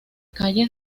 calles